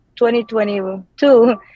2022